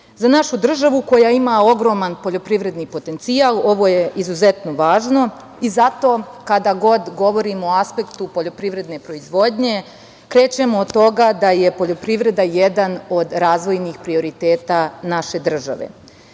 našu državu koja ima ogroman poljoprivredni potencijal ovo je izuzetno važno i zato kada god govorimo o aspektu poljoprivredne proizvodnje krećemo od toga da je poljoprivreda jedan od razvojnih prioriteta naše države.